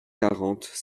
quarante